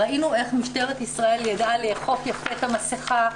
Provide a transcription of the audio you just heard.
ראינו איך משטרת ישראל ידעה לאכוף יפה את המסכה,